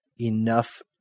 Enough